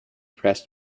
pressed